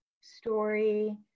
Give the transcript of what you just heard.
story